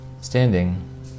Standing